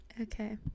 Okay